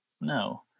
No